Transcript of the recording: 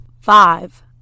five